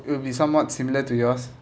will be somewhat similar to yours